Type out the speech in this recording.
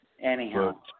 Anyhow